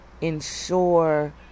ensure